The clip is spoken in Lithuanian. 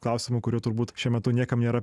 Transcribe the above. klausimų kurių turbūt šiuo metu niekam nėra